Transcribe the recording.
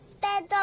that?